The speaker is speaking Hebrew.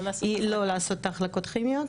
לא לעשות החלקות כימיות,